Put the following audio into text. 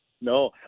No